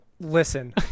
Listen